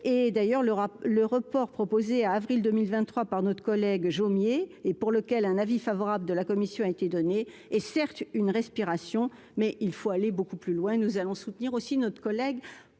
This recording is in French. et, d'ailleurs le ras le report proposé à avril 2023 par notre collègue Jomier et pour lequel un avis favorable de la commission a été donnée est certes une respiration mais il faut aller beaucoup plus loin, nous allons soutenir aussi notre collègue